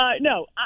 No